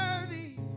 worthy